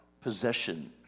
possession